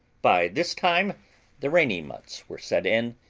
by this time the rainy months were set in,